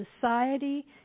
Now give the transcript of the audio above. society